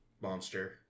monster